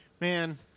Man